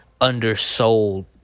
undersold